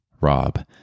Rob